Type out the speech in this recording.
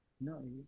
No